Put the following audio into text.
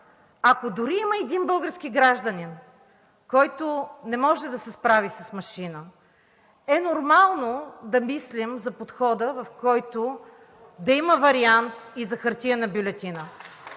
ако дори има един български гражданин, който не може да се справи с машина, е нормално да мислим за подхода, в който да има вариант и за хартиена бюлетина.